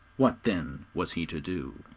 what then was he to do?